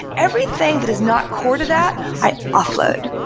everything that is not core to that, i offload.